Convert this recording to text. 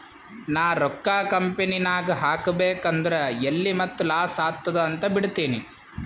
ನಾ ರೊಕ್ಕಾ ಕಂಪನಿನಾಗ್ ಹಾಕಬೇಕ್ ಅಂದುರ್ ಎಲ್ಲಿ ಮತ್ತ್ ಲಾಸ್ ಆತ್ತುದ್ ಅಂತ್ ಬಿಡ್ತೀನಿ